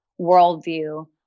worldview